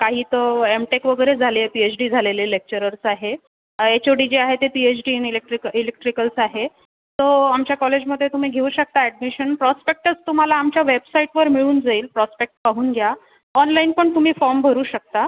काही तर M tech वगैरे झाले पी एच डी झालेले लेक्चरर्स आहे एच ओ डी जे आहे ते P H D in electric electricals आहे तो आमच्या कॉलेजमध्ये तुम्ही घेऊ शकता अॅडमिशन प्रॉस्पेक्टस तुम्हाला आमच्या वेबसाईटवर मिळून जाईल प्रॉस्पेक्ट पाहून घ्या ऑनलाईन पण तुम्ही फॉम भरू शकता